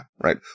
right